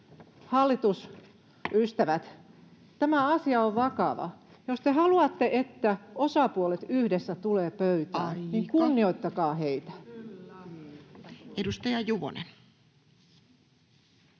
hallitusystävät, tämä asia on vakava. Jos te haluatte, että osapuolet yhdessä tulevat pöytään, [Puhemies: Aika!] niin kunnioittakaa heitä. [Speech